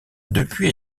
depuis